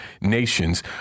nations